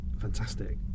fantastic